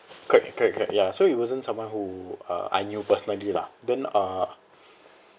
correct correct correct ya so it wasn't someone who uh I knew personally lah then uh